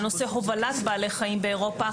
לנושא הובלת בעלי חיים באירופה.